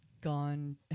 gone